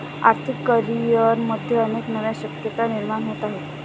आर्थिक करिअरमध्ये अनेक नव्या शक्यता निर्माण होत आहेत